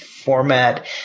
format